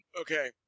Okay